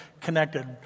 connected